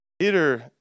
Peter